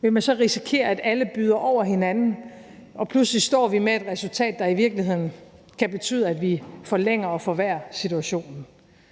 Vil man så risikere, at alle byder over hinanden, og at vi pludselig står med et resultat, der i virkeligheden kan betyde, at vi forlænger og forværrer situationen?